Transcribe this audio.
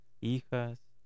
hijas